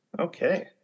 Okay